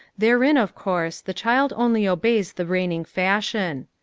therein, of course, the child only obeys the reigning fashion.